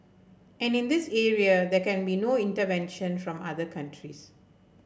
and in this area there can be no intervention from other countries